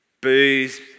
booze